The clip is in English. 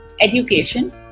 Education